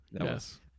yes